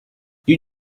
you